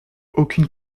aucune